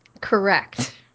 Correct